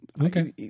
Okay